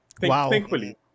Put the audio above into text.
Thankfully